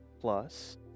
Plus